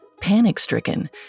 Panic-stricken